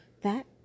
That